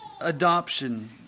Adoption